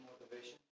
Motivation